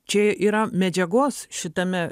čia yra medžiagos šitame